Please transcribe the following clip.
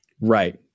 Right